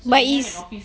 but is